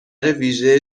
ویژه